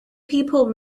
people